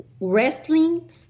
wrestling